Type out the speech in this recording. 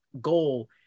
goal